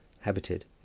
habited